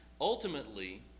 ultimately